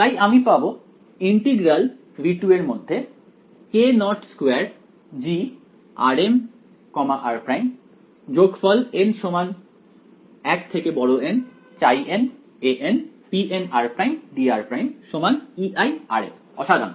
তাই আমি পাব 02 grmr' n an pnr' dr' Ei অসাধারণ